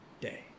day